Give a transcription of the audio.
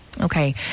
okay